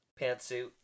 pantsuit